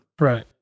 Right